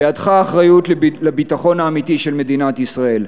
בידך האחריות לביטחון האמיתי של מדינת ישראל,